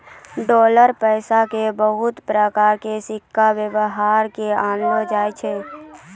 dollar पैसा के बहुते प्रकार के सिक्का वेवहार मे आनलो जाय छै